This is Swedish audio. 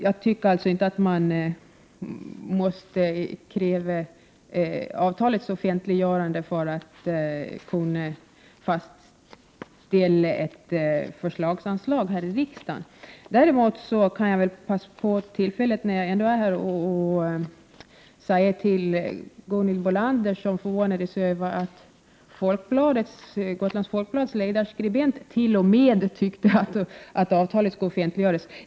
Jag tycker alltså inte att man måste kräva ett offentliggörande av avtalet för Prot. 1988/89:96 att kunna fastställa ett förslagsanslag här i riksdagen. 13 april 1989 Gunhild Bolander förvånade sig över att t.o.m. Gotlands Folkblads ledarskribent tyckte att avtalet skulle offentliggöras.